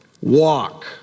walk